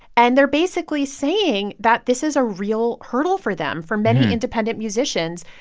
and they're basically saying that this is a real hurdle for them. for many independent musicians,